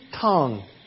tongue